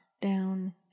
down